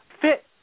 fit